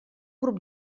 grup